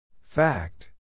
Fact